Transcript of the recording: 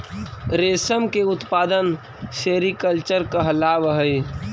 रेशम के उत्पादन सेरीकल्चर कहलावऽ हइ